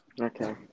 Okay